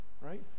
right